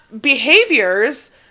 behaviors